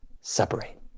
separate